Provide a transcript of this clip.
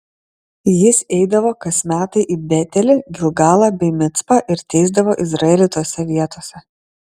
jis eidavo kas metai į betelį gilgalą bei micpą ir teisdavo izraelį tose vietose